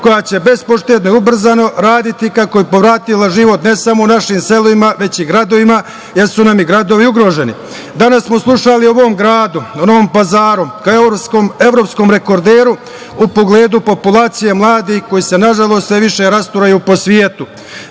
koja će bez poštede, ubrzano raditi kako bi povratila život ne samo u našim selima, već i u gradovima, jer su nam i gradovi ugroženi. Danas smo slušali o ovom gradu, o Novom Pazaru, kao evropskom rekorderu u pogledu populacije mladih koji se, nažalost, sve više rasturaju po